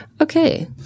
Okay